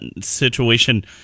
situation